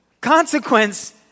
consequence